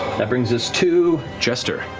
that brings us to jester.